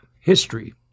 history